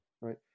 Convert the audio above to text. right